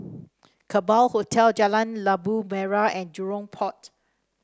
Kerbau Hotel Jalan Labu Merah and Jurong Port